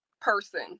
person